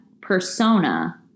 persona